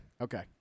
okay